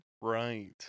Right